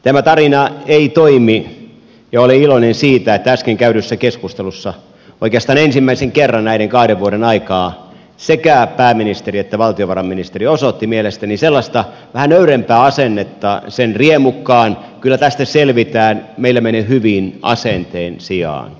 tämä tarina ei toimi ja olen iloinen siitä että äsken käydyssä keskustelussa oikeastaan ensimmäisen kerran näiden kahden vuoden aikaan sekä pääministeri että valtiovarainministeri osoittivat mielestäni sellaista vähän nöyrempää asennetta sen riemukkaan kyllä tästä selvitään meillä menee hyvin asenteen sijaan